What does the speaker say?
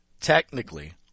technically